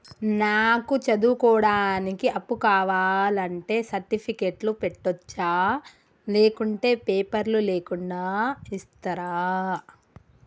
నాకు చదువుకోవడానికి అప్పు కావాలంటే సర్టిఫికెట్లు పెట్టొచ్చా లేకుంటే పేపర్లు లేకుండా ఇస్తరా?